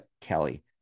Kelly